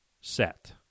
set